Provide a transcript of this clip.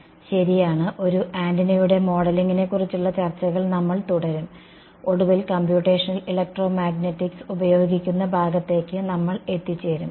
ശരിയാണ് ഒരു ആന്റിനയുടെ മോഡലിംഗിനെക്കുറിച്ചുള്ള ചർച്ചകൾ നമ്മൾ തുടരും ഒടുവിൽ കമ്പ്യൂട്ടേഷണൽ ഇലക്ട്രോമാഗ്നെറ്റിക്സ് ഉപയോഗിക്കുന്ന ഭാഗത്തേക്ക് നമ്മൾ എത്തിച്ചേരും